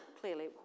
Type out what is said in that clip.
clearly